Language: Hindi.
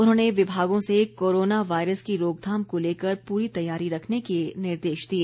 उन्होंने विभागों से कोरोना वायरस की रोकथाम को लेकर पूरी तैयारी रखने के निर्देश दिए